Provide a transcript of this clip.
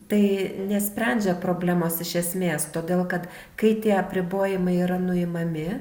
tai nesprendžia problemos iš esmės todėl kad kai tie apribojimai yra nuimami